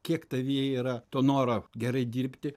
kiek tavyje yra to noro gerai dirbti